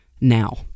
now